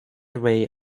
away